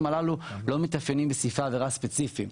הללו לא מתאפיינים בסעיפי עבירה ספציפיים.